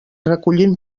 recollint